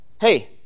Hey